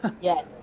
Yes